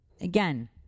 Again